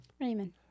Raymond